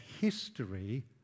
history